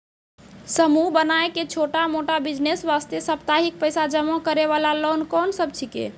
समूह बनाय के छोटा मोटा बिज़नेस वास्ते साप्ताहिक पैसा जमा करे वाला लोन कोंन सब छीके?